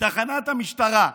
מתחנת המשטרה,